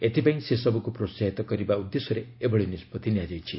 ଏଥିପାଇଁ ସେସବୁକୁ ପ୍ରୋହାହିତ କରିବା ଉଦ୍ଦେଶ୍ୟରେ ଏଭଳି ନିଷ୍ପତ୍ତି ନିଆଯାଇଛି